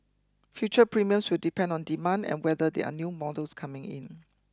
future premiums will depend on demand and whether there are new models coming in